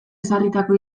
ezarritako